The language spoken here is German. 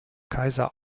kaiser